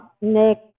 next